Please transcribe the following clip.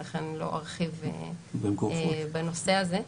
ולכן אני לא ארחיב בנושא הזה,